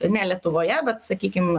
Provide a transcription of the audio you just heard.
ne lietuvoje bet sakykim